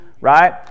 Right